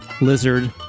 lizard